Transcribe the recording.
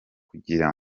kugira